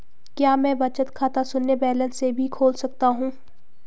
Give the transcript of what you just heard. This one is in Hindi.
क्या मैं बचत खाता शून्य बैलेंस से भी खोल सकता हूँ?